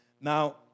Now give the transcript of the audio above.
Now